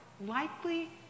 Likely